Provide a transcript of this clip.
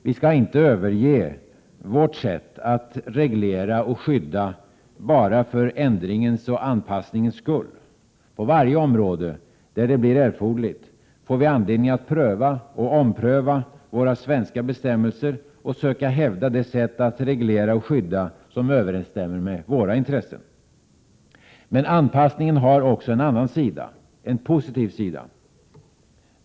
Vi skall inte överge vårt sätt att reglera och skydda bara för ändringens och anpassningens skull. På varje område, där det blir erforderligt, får vi anledning att pröva och ompröva våra svenska bestämmelser och söka hävda det sätt att reglera och skydda som överensstämmer med våra intressen. Men anpassningen har också en annan sida — en positiv sida.